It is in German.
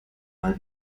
mal